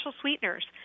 sweeteners